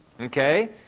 Okay